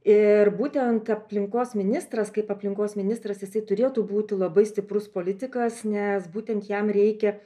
ir būtent aplinkos ministras kaip aplinkos ministras jisai turėtų būti labai stiprus politikas nes būtent jam reikia